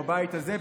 בבית הזה,